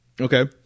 Okay